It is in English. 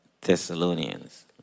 Thessalonians